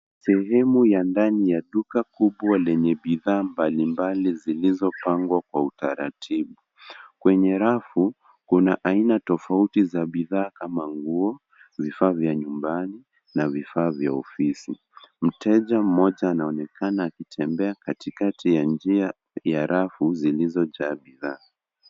Sehemu ya ndani ya duka kubwa lenye bidhaa mbalimbali zilizopangwa kwa utaratibu. Kwenye rafu kuna aina tofauti za bidhaa kama nguo, vifaa vya nyumbani na vifaa vya ofisi. Mteja mmoja anaonekana akitembea katikati ya njia ya rafu zilizojaa bidhaa.